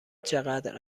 چقدر